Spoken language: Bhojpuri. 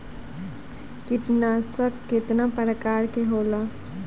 कीटनाशक केतना प्रकार के होला?